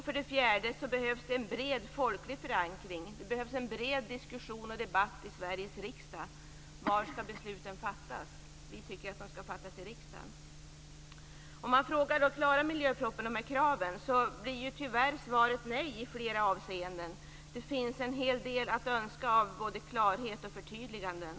För det fjärde behövs det en bred folklig förankring. Det behövs en bred diskussion och debatt i Sveriges riksdag om var besluten skall fattas. Vi tycker att de skall fattas i riksdagen. Klarar då miljöpropositionen att uppfylla dessa krav? Svaret blir tyvärr nej i flera avseenden. Det finns en hel del att önska av både klarhet och förtydliganden.